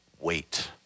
wait